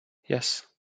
yes